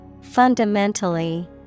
Fundamentally